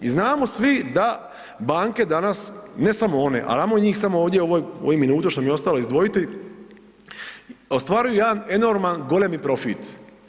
I znamo svi da banke danas, ne samo one, ali ajmo njih samo ovdje u ovoj, ovu minutu što mi je ostalo, izdvojiti, ostvaruju jedan enorman golemi profit.